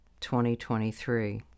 2023